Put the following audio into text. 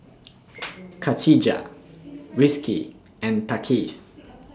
Katijah Rizqi and Thaqif